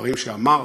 הדברים שאמר